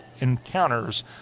encounters